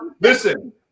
listen